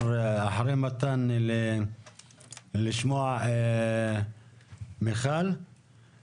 נעבור לשמוע את מיכל